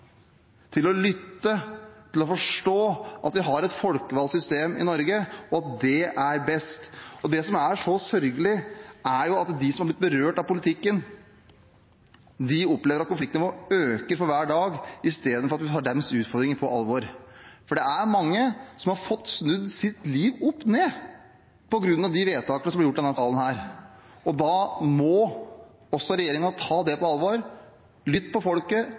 som er så sørgelig, er at de som har blitt berørt av politikken, opplever at konfliktnivået øker for hver dag, i stedet for at man tar utfordringene deres på alvor. For det er mange som har fått livet sitt snudd opp-ned på grunn av de vedtakene som blir gjort i denne salen. Og da må også regjeringen ta det på alvor. Lytt til folket,